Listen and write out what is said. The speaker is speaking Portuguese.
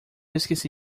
esqueci